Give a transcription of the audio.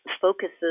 focuses